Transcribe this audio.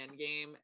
endgame